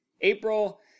April